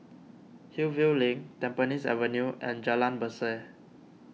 Hillview Link Tampines Avenue and Jalan Berseh